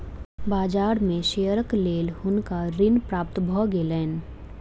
बाजार में शेयरक लेल हुनका ऋण प्राप्त भ गेलैन